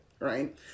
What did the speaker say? right